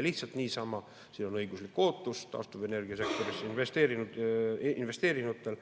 lihtsalt niisama nullida, siin on õiguslik ootus taastuvenergiasektorisse investeerinutel.